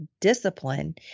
discipline